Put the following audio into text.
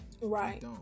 Right